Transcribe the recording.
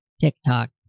TikTok